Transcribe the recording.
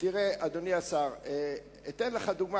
תראה, אדוני השר, אתן לך דוגמה.